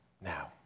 now